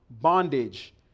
bondage